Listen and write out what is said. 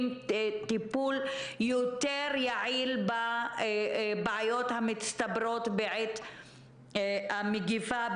טיפול יותר יעיל בבעיות המצטברות בעת המגפה,